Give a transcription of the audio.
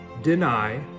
deny